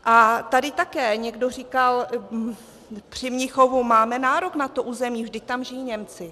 A tady také někdo říkal při Mnichovu: máme nárok na to území, vždyť tam žijí Němci.